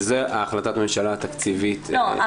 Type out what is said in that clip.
וזו החלטת הממשלה התקציבית ש- -- לא,